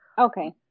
Okay